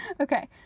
Okay